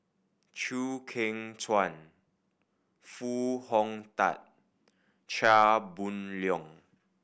Chew Kheng Chuan Foo Hong Tatt Chia Boon Leong